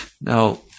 Now